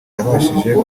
yabashije